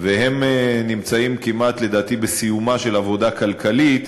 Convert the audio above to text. והם נמצאים כמעט, לדעתי, בסיומה של עבודה כלכלית.